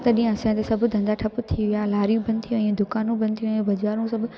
तॾहिं असांखे सभु धंधा ठप थी विया लारियूं बंदि थी वियूं दुकानू बंदि थी वई बजारूं सभु